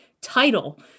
title